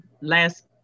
last